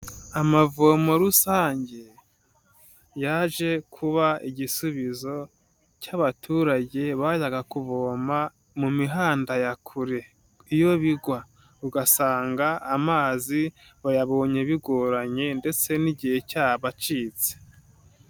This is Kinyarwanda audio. Amavomo rusange, yaje kuba ikibazo cy'abaturage bajyaga kuvoma mu mihanda yakure iyo bigwa, ugasanga amazi bayabonye bigoranye ndetse n'igihe cyabacitse.